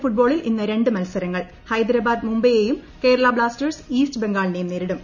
L ഫുട്ബോളിൽ ഇന്ന് രണ്ട് മത്സരങ്ങൾ ഹൈദരാബാദ് മുംബൈയെയും കേരള ബ്ലാസ്റ്റേഴ്സ് ഈസ്റ്റ് ബംഗാളിനെയും നേരിടും